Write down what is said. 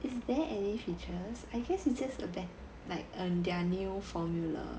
is there any features I guess it's just a better like um their new formula